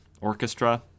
orchestra